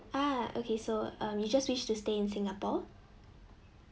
ah okay so um you just wish to stay in singapore